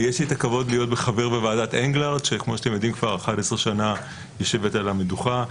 יש לי הכבוד להיות חבר בוועדת אנגלרד שכבר 11 שנה יושבת על המדוכה.